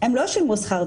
הם לא שילמו שכ"ד